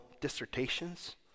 dissertations